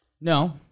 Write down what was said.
No